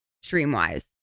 stream-wise